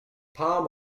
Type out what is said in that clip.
palm